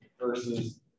versus